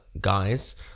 guys